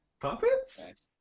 puppets